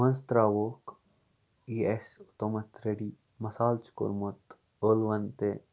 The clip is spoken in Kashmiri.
منٛز تراووکھ یہِ اَسہِ اوتامَتھ ریڑی مسالہٕ چھُ کورمُت ٲلون تہِ